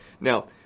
Now